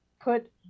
put